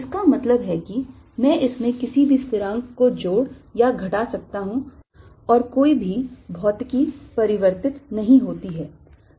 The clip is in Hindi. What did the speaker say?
इसका मतलब है कि मैं इसमें किसी भी स्थिरांक को जोड़ या घटा सकता हूं और कोई भी भौतिकी परिवर्तित नहीं होती है